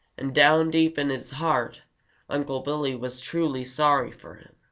and down deep in his heart unc' billy was truly sorry for him.